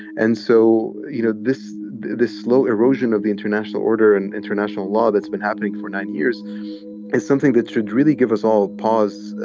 and so, you know, this this slow erosion of the international order and international law that's been happening for nine years is something that should really give us all pause.